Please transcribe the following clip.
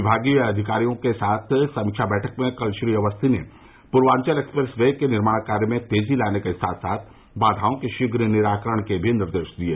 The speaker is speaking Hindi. विभागीय अधिकारियों के साथ समीक्षा बैठक में कल श्री अवस्थी ने पूर्वाचल एक्सप्रेस वे के निर्माण कार्य में तेजी लाने के साथ साथ बायाओं के शीघ्र निराकरण के भी निर्देश दिये